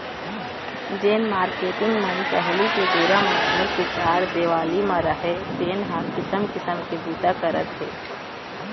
जेन मारकेटिंग मन पहिली के बेरा म घर के चार देवाली म राहय तेन ह किसम किसम के बूता करत हे